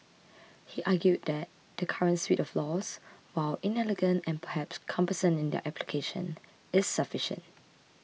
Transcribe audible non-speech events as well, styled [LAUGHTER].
[NOISE] he argued that the current suite of laws while inelegant and perhaps cumbersome in their application is sufficient